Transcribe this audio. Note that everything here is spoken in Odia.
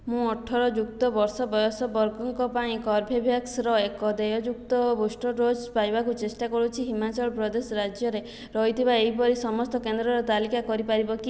ମୁଁ ଅଠର ଯୁକ୍ତ ବର୍ଷ ବୟସ ବର୍ଗଙ୍କ ପାଇଁ କର୍ବେଭ୍ୟାକ୍ସର ଏକ ଦେୟଯୁକ୍ତ ବୁଷ୍ଟର୍ ଡୋଜ୍ ପାଇବାକୁ ଚେଷ୍ଟା କରୁଛି ହିମାଚଳ ପ୍ରଦେଶ ରାଜ୍ୟରେ ରହିଥିବା ଏହିପରି ସମସ୍ତ କେନ୍ଦ୍ରର ତାଲିକା କରିପାରିବ କି